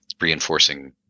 reinforcing